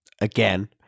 again